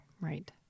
Right